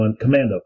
Commando